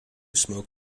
smoke